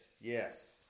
yes